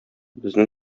безнең